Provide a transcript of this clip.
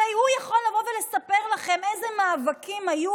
הרי הוא יכול לבוא ולספר לכם איזה מאבקים היו